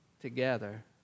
together